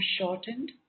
shortened